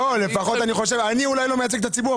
אולי אני לא מייצג את הציבור,